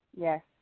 Yes